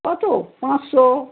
কত পাঁচশো